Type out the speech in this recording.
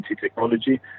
Technology